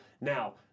Now